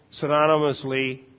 synonymously